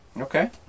Okay